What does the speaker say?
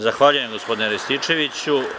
Zahvaljujem gospodine Rističeviću.